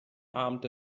abend